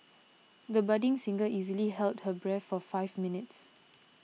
the budding singer easily held her breath for five minutes